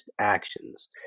actions